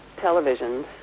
televisions